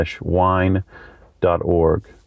wine.org